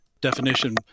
definition